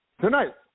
Tonight